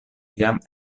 jam